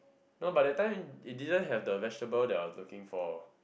no but that time they didn't have the vegetable that I'm looking for